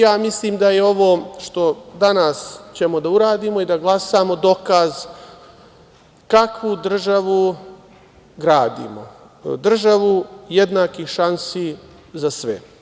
Ja misli da je ovo što ćemo danas da uradimo i da glasamo dokaz kakvu državu gradimo, državu jednakih šansi za sve.